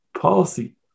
policy